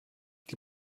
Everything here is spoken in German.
die